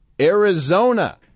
Arizona